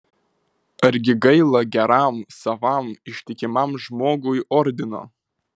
argi gaila geram savam ištikimam žmogui ordino